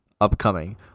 Upcoming